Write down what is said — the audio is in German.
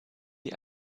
die